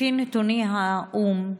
לפי נתוני האו"ם,